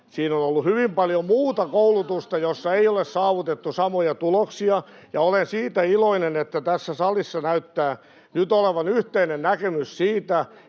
[Välihuuto sosiaalidemokraattien ryhmästä] jossa ei ole saavutettu samoja tuloksia. Olen iloinen siitä, että tässä salissa näyttää nyt olevan yhteinen näkemys siitä,